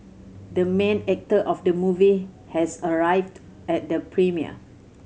the main actor of the movie has arrived at the premiere